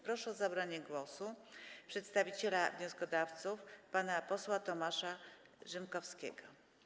Proszę o zabranie głosu przedstawiciela wnioskodawców pana posła Tomasza Rzymkowskiego.